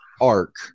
arc